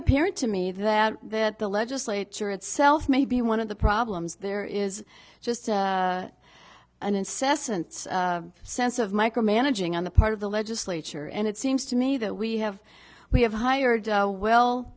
apparent to me that that the legislature itself may be one of the problems there is just an incessant sense of micromanaging on the part of the legislature and it seems to me that we have we have hired